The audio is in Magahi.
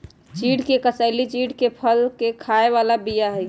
चिढ़ के कसेली चिढ़के फल के खाय बला बीया हई